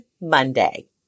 Monday